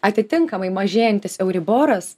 atitinkamai mažėjantis euriboras